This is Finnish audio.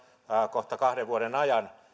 kohta kahden vuoden ajan